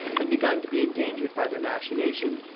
had begun to be endangered by their machinations,